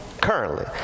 currently